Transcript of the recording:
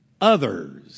others